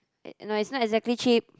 eh no it's not exactly cheap